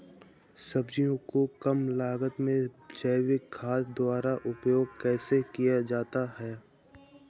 सब्जियों को कम लागत में जैविक खाद द्वारा उपयोग कैसे किया जाता है?